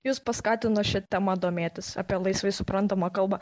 jus paskatino šia tema domėtis apie laisvai suprantamą kalbą